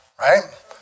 right